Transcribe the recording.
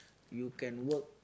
you can work